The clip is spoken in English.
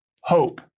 hope